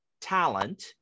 talent